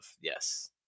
yes